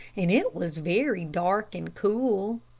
and it was very dark and cool.